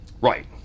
Right